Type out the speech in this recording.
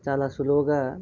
చాలా సులువుగా